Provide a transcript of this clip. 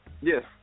Yes